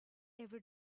ever